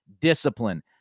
discipline